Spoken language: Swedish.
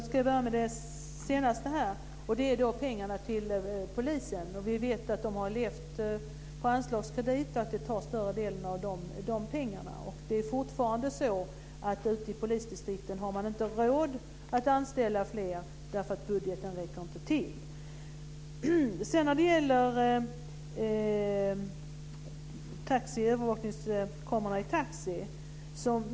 Fru talman! Jag ska börja med det senaste, pengarna till polisen. Vi vet att de har till stor del levt på anslagskredit. Det är fortfarande så att man ute i polisdistrikten inte har råd att anställa fler därför att budgeten inte räcker till. Så till övervakningskameror i taxi.